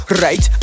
right